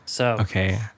Okay